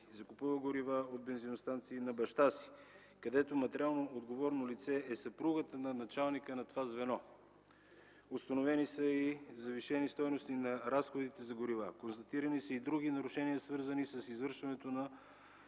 закупува горива от бензиностанции на баща си, където материалноотговорно лице е съпругата на началника на това звено. Установени са и завишени стойности на разходите за горива. Констатирани са и други нарушения, свързани с извършването на